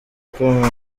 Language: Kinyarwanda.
ikomeye